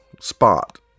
spot